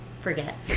forget